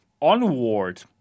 Onward